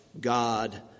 God